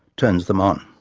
turns them on.